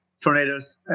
Tornadoes